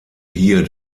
hier